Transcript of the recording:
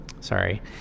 sorry